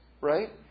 right